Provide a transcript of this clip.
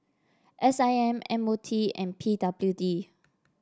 S I M M O T and P W D